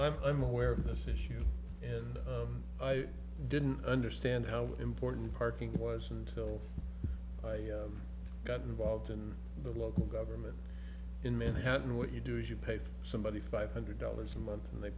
of i'm aware of this issue and i didn't understand how important parking was and till i got involved in the local government in manhattan what you do is you pay somebody five hundred dollars a month and they